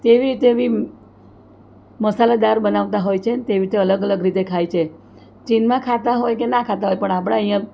તેવી તેવી મસાલાદાર બનાવતા હોય છે તેવી રીતે અલગ અલગ રીતે ખાય છે ચીનમાં ખાતા હોય કે ના ખાતા હોય પણ આપણા અહીંયાં